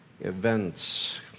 events